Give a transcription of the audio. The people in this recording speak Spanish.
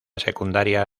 secundaria